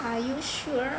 are you sure